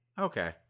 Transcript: Okay